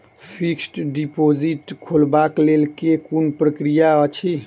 Fixed deposit खोलबाक लेल केँ कुन प्रक्रिया अछि?